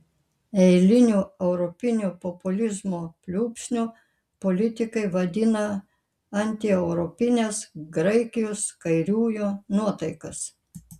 eiliniu europinio populizmo pliūpsniu politikai vadina antieuropines graikijos kairiųjų nuotaikas